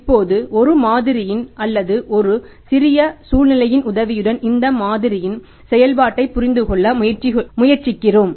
இப்போது ஒரு மாதிரியின் அல்லது ஒரு சிறிய சூழ்நிலையின் உதவியுடன் இந்த மாதிரியின் செயல்பாட்டைப் புரிந்துகொள்ள முயற்சிக்கிறோம்